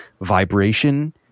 vibration